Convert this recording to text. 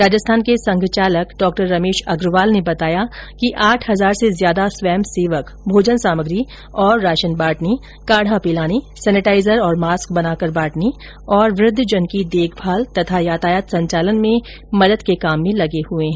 राजस्थान के संघचालक डॉ रमेश अग्रवाल ने बताया कि आठ हजार से ज्यादा स्वयंसेवक भोजन सामग्री और राशन बांटने काढा पिलाने सैनेटाइजर और मास्क बनाकर बांटने तथा वृद्दजनों की देखभाल और यातायात संचालन में मदद के कार्य में लगे हुए है